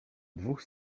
dwóch